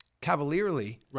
cavalierly